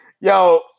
Yo –